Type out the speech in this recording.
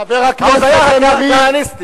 (חבר הכנסת דני דנון יוצא מאולם